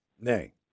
Nay